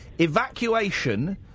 Evacuation